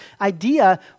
idea